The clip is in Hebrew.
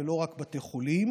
זה לא רק בתי חולים,